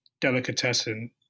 delicatessen